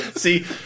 See